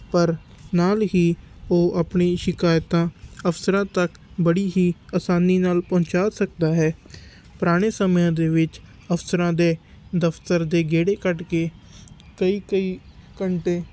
ਪਰ ਨਾਲ ਹੀ ਉਹ ਆਪਣੀ ਸ਼ਿਕਾਇਤਾਂ ਅਫਸਰਾਂ ਤੱਕ ਬੜੀ ਹੀ ਆਸਾਨੀ ਨਾਲ ਪਹੁੰਚਾ ਸਕਦਾ ਹੈ ਪੁਰਾਣੇ ਸਮਿਆਂ ਦੇ ਵਿੱਚ ਅਫਸਰਾਂ ਦੇ ਦਫਤਰ ਦੇ ਗੇੜੇ ਕੱਢ ਕੇ ਕਈ ਕਈ ਘੰਟੇ